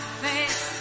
face